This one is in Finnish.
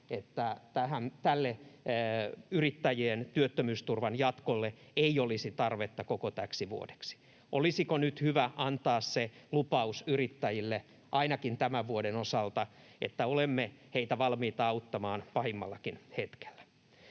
että tälle yrittäjien työttömyysturvan jatkolle ei olisi tarvetta koko täksi vuodeksi? Olisiko nyt hyvä antaa se lupaus yrittäjille ainakin tämän vuoden osalta, että olemme heitä valmiita auttamaan pahimmallakin hetkellä?